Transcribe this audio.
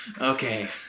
Okay